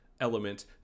element